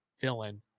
villain